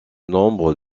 nombre